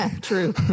true